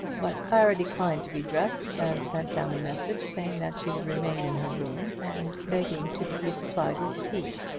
but clara declined to be dressed, and sent down a message saying that she would remain in her room, and begging to be supplied with tea.